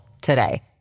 today